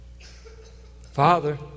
Father